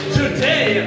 today